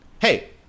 Hey